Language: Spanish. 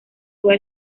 toda